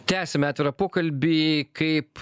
tęsime atvirą pokalbį kaip